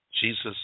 Jesus